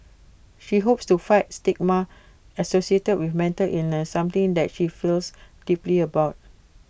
she hopes to fight stigma associated with mental illness something that she feels deeply about